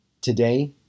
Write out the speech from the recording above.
Today